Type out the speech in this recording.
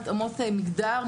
מותאמות מגדר,